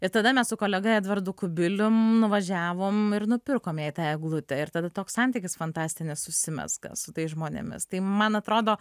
ir tada mes su kolega edvardu kubilium nuvažiavom ir nupirkom jai tą eglutę ir tada toks santykis fantastinis užsimezga su tais žmonėmis tai man atrodo